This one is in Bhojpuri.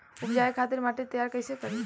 उपजाये खातिर माटी तैयारी कइसे करी?